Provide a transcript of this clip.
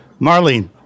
Marlene